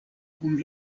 kun